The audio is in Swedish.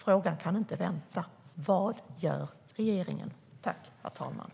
Frågan kan inte vänta: Vad gör regeringen?